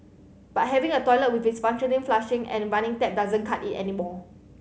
but having a toilet with is functional flushing and running tap doesn't cut it anymore